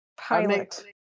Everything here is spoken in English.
Pilot